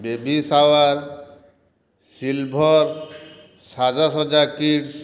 baby shower silver ସାଜସଜା kids